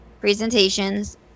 presentations